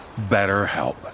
BetterHelp